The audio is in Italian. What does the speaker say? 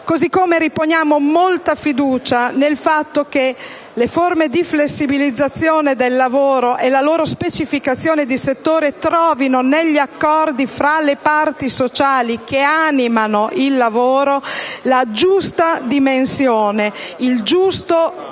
Così come riponiamo molta fiducia nel fatto che le forme di flessibilizzazione del lavoro e la loro specificazione di settore trovino negli accordi fra le parti sociali che animano il lavoro la giusta dimensione, il giusto luogo